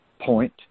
point